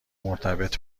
مرتبط